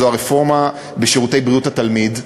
וזו הרפורמה בשירותי בריאות התלמיד,